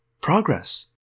Progress